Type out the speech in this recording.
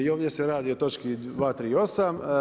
I ovdje se radi o točki 238.